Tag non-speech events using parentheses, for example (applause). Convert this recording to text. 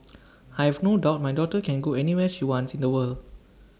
(noise) I have no doubt my daughter can go anywhere she wants in the world